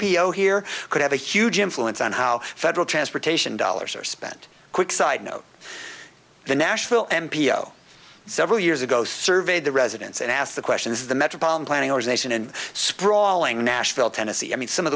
p o here could have a huge influence on how federal transportation dollars are spent quick side note the nashville m p o so years ago surveyed the residents and asked the question is the metropolitan planning or ization and sprawling nashville tennessee i mean some of